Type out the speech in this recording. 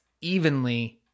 evenly